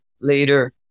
later